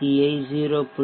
யை 0